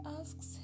asks